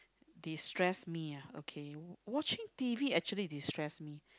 destress me ah okay watching T_V actually destress me